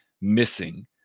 missing